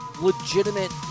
legitimate